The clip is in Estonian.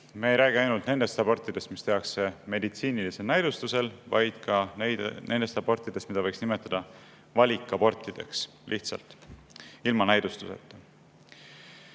Me ei räägi ainult nendest abortidest, mis tehakse meditsiinilisel näidustusel, vaid ka nendest abortidest, mida võiks nimetada valikabortideks – lihtsalt, ilma näidustuseta. Paraku